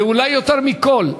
ואולי יותר מכול,